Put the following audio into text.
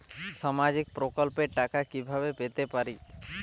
সামাজিক প্রকল্পের টাকা কিভাবে পেতে পারি?